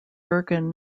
bergen